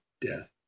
death